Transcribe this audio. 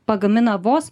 pagamina vos